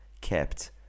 kept